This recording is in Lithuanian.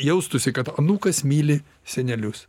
jaustųsi kad anūkas myli senelius